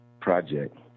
project